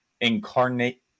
Incarnate